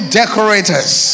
decorators